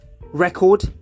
record